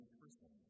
person